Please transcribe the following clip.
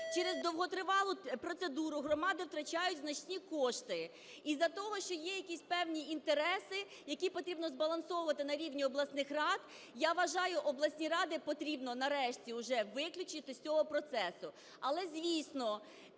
Через довготривалу процедуру громади втрачають значні кошти, із-за того, що є якісь певні інтереси, які потрібно збалансовувати на рівні обласних рад. Я вважаю, обласні ради потрібно нарешті уже виключити з цього процесу. Але, звісно,